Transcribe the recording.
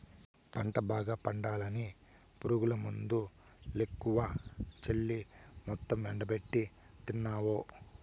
పంట బాగా పండాలని పురుగుమందులెక్కువ చల్లి మొత్తం ఎండబెట్టితినాయే